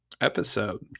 episode